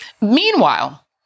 Meanwhile